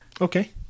Okay